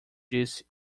disse